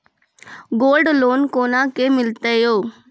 Gold loan कोना के मिलते यो?